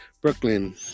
Brooklyn